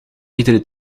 iedere